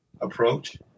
approach